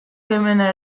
kemena